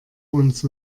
uns